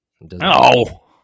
no